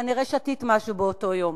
כנראה שתית משהו באותו יום.